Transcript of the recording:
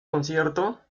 concierto